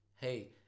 hey